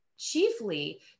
chiefly